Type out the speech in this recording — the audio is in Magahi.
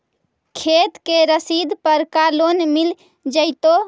खेत के रसिद पर का लोन मिल जइतै?